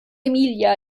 emilia